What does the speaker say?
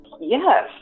Yes